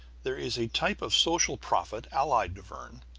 there is a type of social prophet allied to verne.